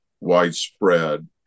widespread